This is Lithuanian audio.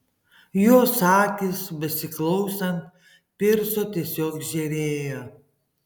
jos akys besiklausant pirso tiesiog žėrėjo